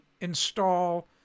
install